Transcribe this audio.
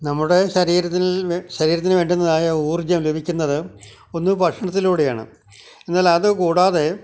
നമ്മുടെ ശരീരത്തില് ശരീരത്തിന് വേണ്ടുന്നതായ ഊര്ജ്ജം ലഭിക്കുന്നത് ഒന്ന് ഭക്ഷണത്തിലൂടെയാണ് എന്നാൽ അത് കൂടാതെ